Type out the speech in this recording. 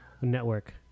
Network